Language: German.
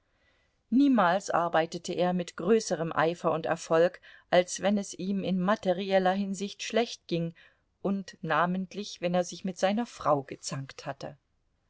niemals arbeitete er mit größerem eifer und erfolg als wenn es ihm in materieller hinsicht schlecht ging und namentlich wenn er sich mit seiner frau gezankt hatte